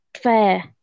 fair